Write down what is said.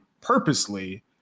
purposely